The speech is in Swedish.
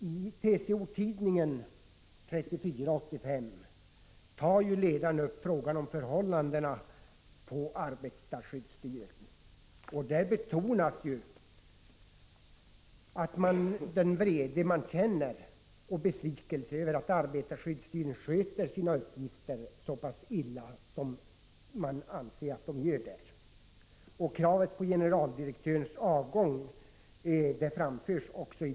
I ledaren i TCO-tidningen nr 34 år 1985 tar man upp frågan om förhållandena vid arbetarskyddsstyrelsen, och där framhålls den vrede och besvikelse som man känner över det dåliga sätt som man anser att arbetarskyddsstyrelsen sköter sina uppgifter på. I ledarartikeln framförs också krav på generaldirektörens avgång.